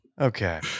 Okay